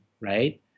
right